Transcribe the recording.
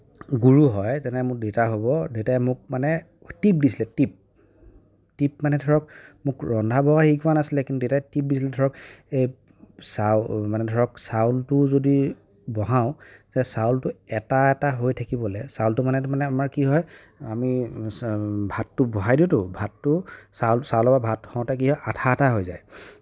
গুৰু হয় তেনে মোৰ দেতা হব দেতাই মোক মানে টিপ দিছিলে টিপ টিপ মানে ধৰক মোক ৰন্ধা বঢ়া শিকোৱা নাছিলে কিন্তু দেতাই টিপ দিছিলে ধৰক মানে ধৰক চাউলটো বহাওঁ তেতিয়া চাউলটো এটা এটা হৈ থাকিব লাগে মানে তাৰমাণে কি হয় আমি ভাতটো বহাই দিওঁতো ভাততো চাউল চাউলৰ পৰা ভাত হওঁতে কি হয় আঠা আঠা হৈ যায়